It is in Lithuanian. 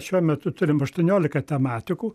šiuo metu turime aštuoniolika tematikų